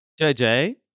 JJ